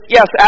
Yes